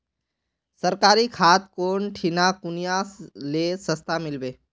सरकारी खाद कौन ठिना कुनियाँ ले सस्ता मीलवे?